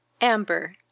Amber